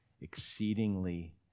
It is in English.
exceedingly